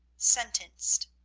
sentenced.